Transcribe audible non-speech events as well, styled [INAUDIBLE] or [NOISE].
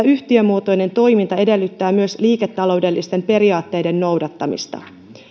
[UNINTELLIGIBLE] yhtiömuotoinen toiminta edellyttää myös liiketaloudellisten periaatteiden noudattamista